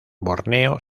borneo